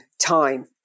time